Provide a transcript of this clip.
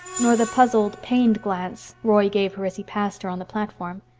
nor the puzzled pained glance roy gave her as he passed her on the platform.